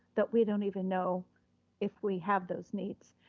that we don't even know if we have those needs,